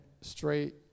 straight